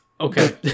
Okay